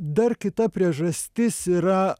dar kita priežastis yra